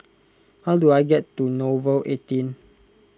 how do I get to Nouvel eighteen